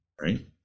right